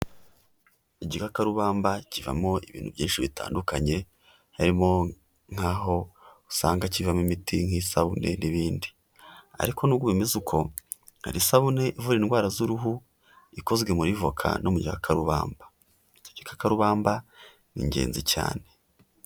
Igikakarubamba kivamo ibintu byinshi bitandukanye harimo nk'aho usanga kivamo imiti nk'isabune n'ibindi. Ariko n'ubwo bimeze uko hari isabune ivura indwara z'uruhu ikozwe muri voka no mu gikakarubamba. Icyo gikakarubamba ni ingenzi cyane.